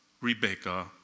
Rebecca